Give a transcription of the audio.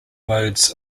modes